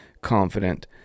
confident